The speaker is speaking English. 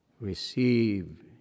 Receive